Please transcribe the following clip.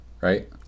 right